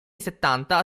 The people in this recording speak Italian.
settanta